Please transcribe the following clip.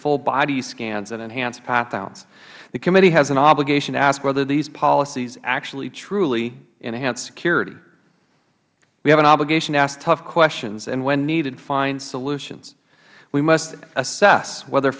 full body scans and enhanced pat downs the committee has an obligation to ask whether these policies actually truly enhance security we have an obligation to ask tough questions and when needed find solutions we must assess whether